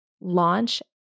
launch